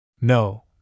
No